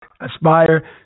Aspire